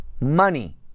Money